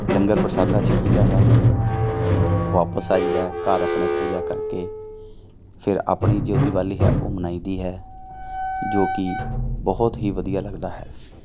ਲੰਗਰ ਪ੍ਰਸ਼ਾਦਾ ਛਕੀ ਦਾ ਹੈ ਵਾਪਸ ਆਈ ਦਾ ਘਰ ਆਪਣੇ ਪੂਜਾ ਕਰਕੇ ਫਿਰ ਆਪਣੀ ਜੋ ਦਿਵਾਲੀ ਹੈ ਉਹ ਮਨਾਈ ਦੀ ਹੈ ਜੋ ਕਿ ਬਹੁਤ ਹੀ ਵਧੀਆ ਲੱਗਦਾ ਹੈ